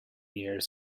years